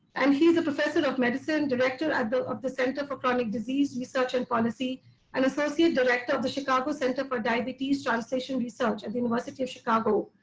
and he is a professor of medicine director of the of the center for chronic disease research and policy and associate director of the chicago center for diabetes translational research at the university of chicago.